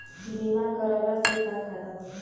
बीमा करवला से का फायदा होयी?